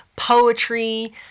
Poetry